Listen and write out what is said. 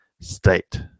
State